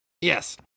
Yes